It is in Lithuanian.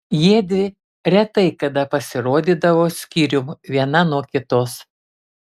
jiedvi retai kada pasirodydavo skyrium viena nuo kitos